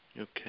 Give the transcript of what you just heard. Okay